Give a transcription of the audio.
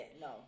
no